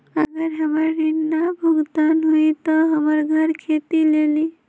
अगर हमर ऋण न भुगतान हुई त हमर घर खेती लेली?